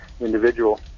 individual